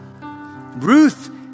Ruth